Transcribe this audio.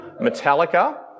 Metallica